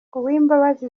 uwimbabazi